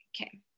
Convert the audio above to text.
okay